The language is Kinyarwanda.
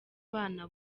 bana